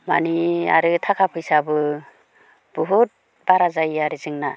माने आरो थाखा फैसाबो बहुत बारा जायो आरो जोंना